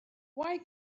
why